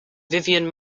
vivian